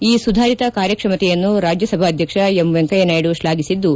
ಈ ಸುಧಾರಿತ ಕಾರ್ಯಕ್ಷಮತೆಯನ್ನು ರಾಜ್ಯ ಸಭಾಧ್ಯಕ್ಷ ಎಂ ವೆಂಕಯ್ಯ ನಾಯ್ದು ತ್ಲಾಘಿಸಿದ್ದು